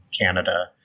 canada